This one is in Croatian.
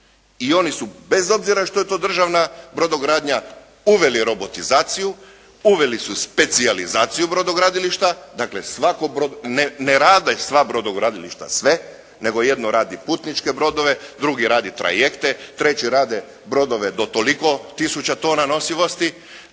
i oni su bez obzira što je to državna brodogradnja uveli robotizaciju, uveli su specijalizaciju brodogradilišta, dakle svako, ne rade sva brodogradilišta sve nego jedno radi putničke brodove, drugi radi trajekte, treći rade brodove do toliko tisuća tona nosivosti,